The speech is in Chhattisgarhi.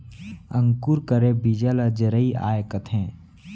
अंकुर करे बीजा ल जरई आए कथें